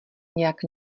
nějak